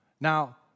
Now